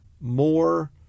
more